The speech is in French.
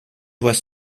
voit